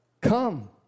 Come